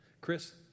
Chris